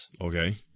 Okay